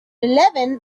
eleven